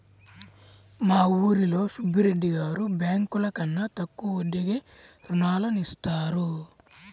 మా ఊరిలో సుబ్బిరెడ్డి గారు బ్యేంకుల కన్నా తక్కువ వడ్డీకే రుణాలనిత్తారు